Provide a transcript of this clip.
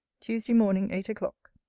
tuesday morning, eight o'clock.